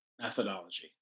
methodology